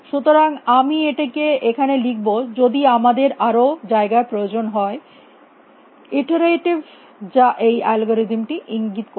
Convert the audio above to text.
সুতরাং আমি এটিকে এখানে লিখব যদি আমাদের আরো জায়গার প্রয়োজন হয় ইটেরেটিভ যা এই অ্যালগরিদমটি ইঙ্গিত করছে